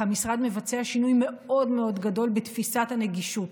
המשרד מבצע שינוי מאוד מאוד גדול בתפיסת הנגישות,